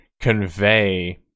convey